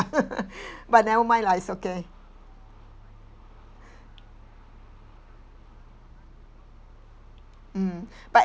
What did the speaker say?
but nevermind lah it's okay mm but